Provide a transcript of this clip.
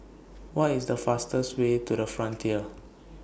What IS The fastest Way to The Frontier